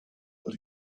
but